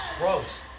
gross